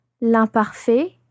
l'imparfait